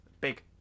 Big